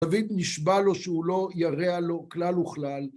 דוד נשבע לו שהוא לא ירע לו כלל וכלל.